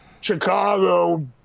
Chicago